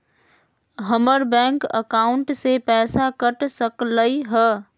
हमर bank account से पैसा कट सकलइ ह?